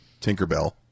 Tinkerbell